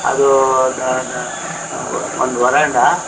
ಅದು ಒಂದು ವರಾಂಡ